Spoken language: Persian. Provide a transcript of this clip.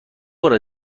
بار